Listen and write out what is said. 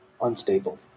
unstable